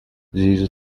these